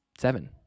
seven